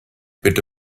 bitte